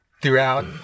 throughout